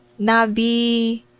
Nabi